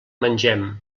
mengem